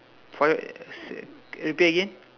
for you uh repeat again